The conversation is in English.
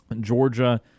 Georgia